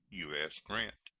u s. grant.